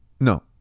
No